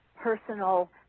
personal